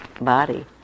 body